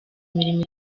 imirimo